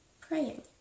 praying